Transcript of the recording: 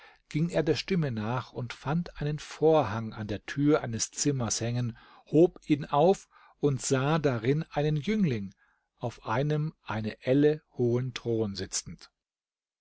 ging er der stimme nach und fand einen vorhang an der tür eines zimmers hängen hob ihn auf und sah darin einen jüngling auf einem eine elle hohen thron sitzend